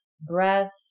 breath